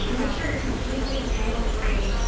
so make sure you're completely tangle-free,